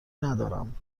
ندارم